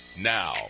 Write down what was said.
Now